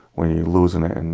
when you're losing um